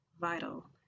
vital